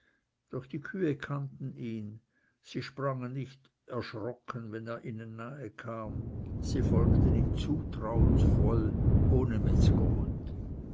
doch die kühe kannten ihn sie sprangen nicht erschrocken wenn er ihnen nahe kam sie folgten ihm zutrauensvoll ohne